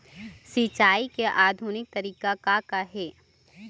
सिचाई के आधुनिक तरीका का का हे?